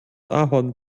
ahorn